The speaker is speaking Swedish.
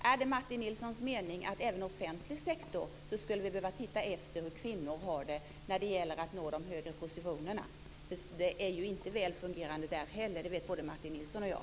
Är det Martin Nilssons mening att även offentlig sektor ska behöva se över hur kvinnor har det i fråga om att nå högre positioner? Det är inte väl fungerande där heller. Det vet både Martin Nilsson och jag.